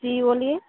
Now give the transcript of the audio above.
जी बोलिए